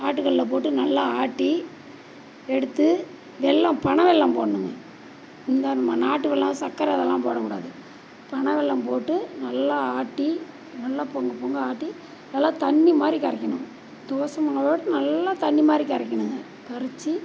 ஆட்டுக்கல்லில் போட்டு நல்லா ஆட்டி எடுத்து வெல்லம் பனை வெல்லம் போடணுங்க இந்த நம்ம நாட்டு வெல்லம் சர்க்கர இதெல்லாம் போடக்கூடாது பனை வெல்லம் போட்டு நல்லா ஆட்டி நல்லா பொங்க பொங்க ஆட்டி நல்லா தண்ணி மாதிரி கரைக்கணும் தோசை மாவாட்டம் நல்லா தண்ணி மாதிரி கரைக்கணுங்க கரைச்சி